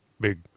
Big